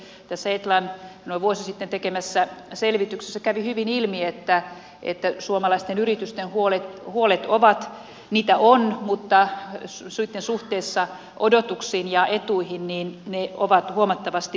tässä etlan noin vuosi sitten tekemässä selvityksessä kävi hyvin ilmi että suomalaisilla yrityksillä huolia kyllä on mutta suhteissa odotuksiin ja etuihin ne ovat huomattavasti pienemmät